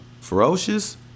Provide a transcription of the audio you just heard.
ferocious